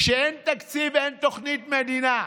כשאין תקציב, אין תוכנית למדינה.